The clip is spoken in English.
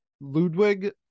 Ludwig